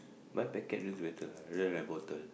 but packet is better I read my bottle